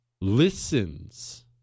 listens